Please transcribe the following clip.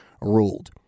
Ruled